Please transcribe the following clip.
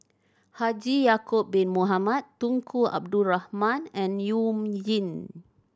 Haji Ya'acob Bin Mohamed Tunku Abdul Rahman and You Jin